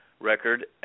record